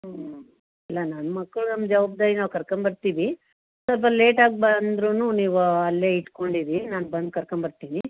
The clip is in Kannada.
ಊಂ ಇಲ್ಲ ನನ್ನ ಮಕ್ಕಳು ನಮ್ಮ ಜವಾಬ್ದಾರಿ ನಾವು ಕರ್ಕೊಂಬರ್ತೀವಿ ಸ್ವಲ್ಪ ಲೇಟಾಗಿ ಬಂದ್ರು ನೀವು ಅಲ್ಲೇ ಇಟ್ಟುಕೊಂಡಿರಿ ನಾನು ಬಂದು ಕರ್ಕೊಂಬರ್ತೀನಿ